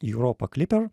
europa clipper